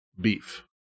beef